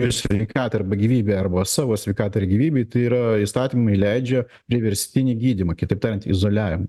ir sveikatai arba gyvybei arba savo sveikatai ar gyvybei tai yra įstatymai leidžia priverstinį gydymą kitaip tariant izoliavimą